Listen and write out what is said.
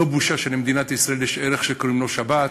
זו לא בושה שלמדינת ישראל יש ערך שקוראים לו שבת,